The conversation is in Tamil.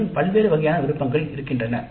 மேலும் பல்வேறு வகையான விருப்பங்கள் இருக்கின்றனர்